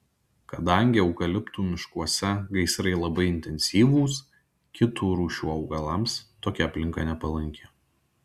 kadangi eukaliptų miškuose gaisrai labai intensyvūs kitų rūšių augalams tokia aplinka nepalanki